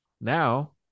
now